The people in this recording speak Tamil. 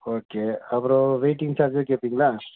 ஓகே அப்புறோம் வெயிட்டிங் சார்ஜும் கேட்பீங்களா